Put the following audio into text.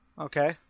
Okay